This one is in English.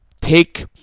take